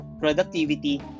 productivity